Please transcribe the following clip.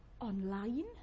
online